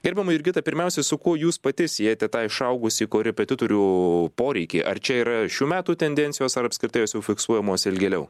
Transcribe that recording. gerbiama jurgita pirmiausia su kuo jūs pati siejate tą išaugusį korepetitorių poreikį ar čia yra šių metų tendencijos ar apskritai jos jau fiksuojamos ilgėliau